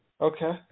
Okay